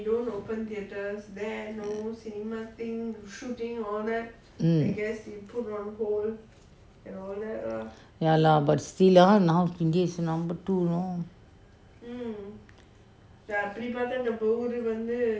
ya lah but still ah india is number two you know